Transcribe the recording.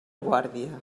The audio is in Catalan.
guàrdia